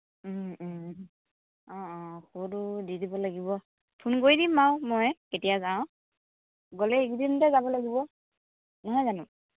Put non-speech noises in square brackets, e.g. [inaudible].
অ অ [unintelligible] দি দিব লাগিব ফোন কৰি দিম আৰু মই কেতিয়া যাওঁ গ'লে এইকেদিনতে যাব লাগিব নহয় জানো